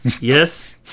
Yes